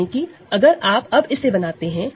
यानी कि अगर आप अब इसे बनाते हैं